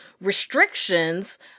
restrictions